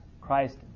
Christ